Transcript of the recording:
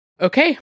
Okay